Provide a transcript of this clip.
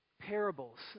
Parables